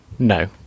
No